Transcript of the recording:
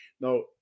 Now